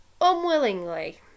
Unwillingly